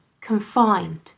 confined